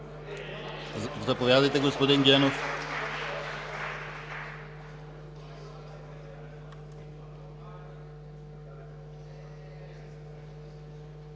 Заповядайте, господин Генов.